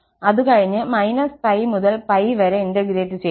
അതുകഴിഞ്ഞ് - π മുതൽ π വരെ ഇന്റഗ്രേറ്റ് ചെയ്യുന്നു